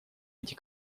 эти